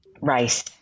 Rice